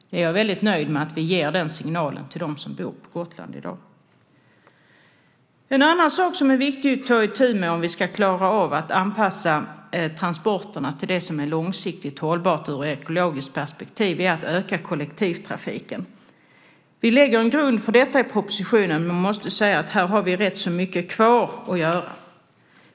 Jag är väldigt nöjd med att vi ger den signalen till dem som bor på Gotland i dag. En annan sak som är viktig att ta itu med om vi ska klara av att anpassa transporterna till det som är långsiktigt hållbart ur ekologiskt perspektiv är att öka kollektivtrafiken. Vi lägger en grund för detta i propositionen, men jag måste säga att vi här har rätt så mycket kvar att göra.